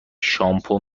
شامپو